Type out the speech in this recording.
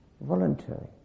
voluntary